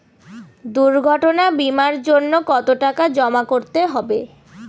দুর্ঘটনা বিমার জন্য কত টাকা জমা করতে হবে?